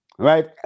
right